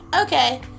Okay